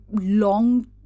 long